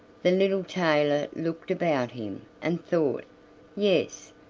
the little tailor looked about him, and thought yes,